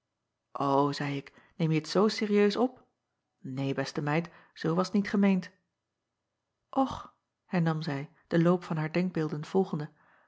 zeî ik neemje t zoo serieus op een beste meid zoo was t niet gemeend ch hernam zij den loop van haar denkbeelden volgende